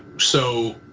so